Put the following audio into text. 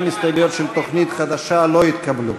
גם ההסתייגויות של תוכנית חדשה לא התקבלו.